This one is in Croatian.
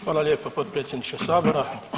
Hvala lijepo potpredsjedniče sabora.